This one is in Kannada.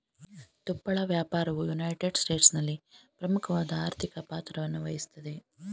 ತುಪ್ಪಳ ವ್ಯಾಪಾರವು ಯುನೈಟೆಡ್ ಸ್ಟೇಟ್ಸ್ನಲ್ಲಿ ಪ್ರಮುಖವಾದ ಆರ್ಥಿಕ ಪಾತ್ರವನ್ನುವಹಿಸ್ತದೆ